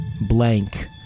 blank